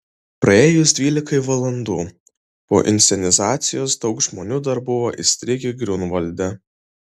praėjus dvylikai valandų po inscenizacijos daug žmonių dar buvo įstrigę griunvalde